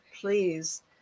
please